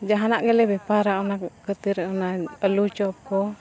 ᱡᱟᱦᱟᱱᱟᱜ ᱜᱮᱞᱮ ᱵᱮᱯᱟᱨᱟ ᱚᱱᱟ ᱠᱷᱟᱹᱛᱤᱨ ᱚᱱᱟ ᱟᱹᱞᱩ ᱪᱚᱯ ᱠᱚ